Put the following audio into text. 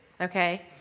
okay